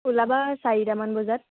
ওলাবা চাৰিটামান বজাত